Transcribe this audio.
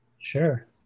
Sure